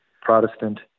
Protestant